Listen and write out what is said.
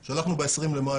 את השמות ב-20 במאי,